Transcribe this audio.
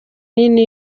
nini